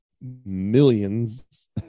millions